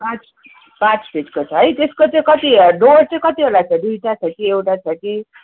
पाँच पाँच फिटको छ है त्यसको चाहिँ कति डोर चाहिँ कतिवटा छ दुईवटा छ कि एउटा छ कि